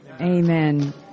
Amen